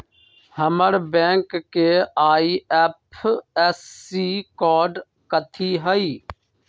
हमर बैंक के IFSC code कथि हई?